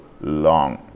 long